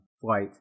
flight